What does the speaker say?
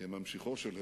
כממשיכו של הרצל,